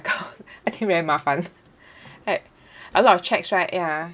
got I think very 麻烦 right a lot of checks right ya